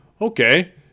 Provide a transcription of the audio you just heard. Okay